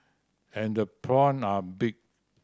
and the prawn are big